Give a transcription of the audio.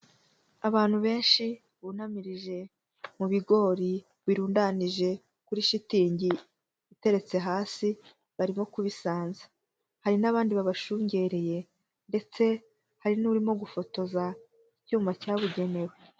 Abantu benshi bunamirije mu bigori birundanije kuri shitingi iteretse hasi, barimo kubisanza. Hari n'abandi babashungereye, ndetse hari n'urimo gufotoza icyuma cyabugenewe.